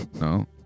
No